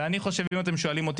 ואם אתם שואלים אותי,